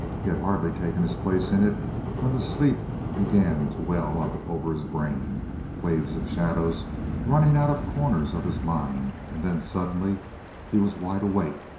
he had hardly taken his place in it when the sleep began to well up over his brain waves of shadows running out of corners of his mind. and then suddenly he was wide awake,